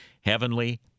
heavenly